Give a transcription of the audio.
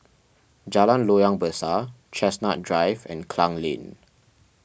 Jalan Loyang Besar Chestnut Drive and Klang Lane